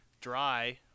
dry